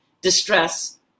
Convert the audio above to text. distress